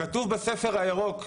כתוב בספר הירוק,